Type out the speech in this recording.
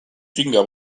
tinga